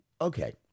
Okay